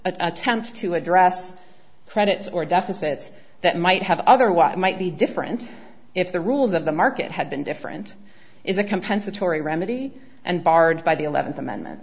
attempt to address credits or deficits that might have otherwise might be different if the rules of the market had been different is a compensatory remedy and barred by the eleventh amendment